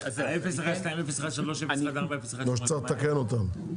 או שצריך לתקן אותן?